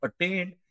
attained